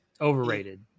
overrated